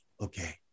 Okay